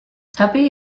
tuppy